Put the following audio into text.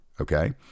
Okay